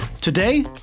Today